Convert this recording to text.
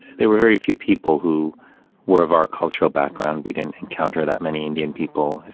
there were very few people who were of our cultural background. we didn't encounter that many indian people,